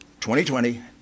2020